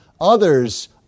Others